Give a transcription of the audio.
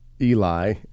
Eli